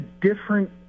different